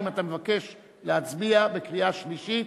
האם אתה מבקש להצביע בקריאה שלישית,